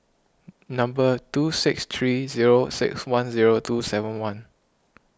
number two six three zero six one zero two seven one